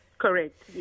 Correct